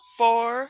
four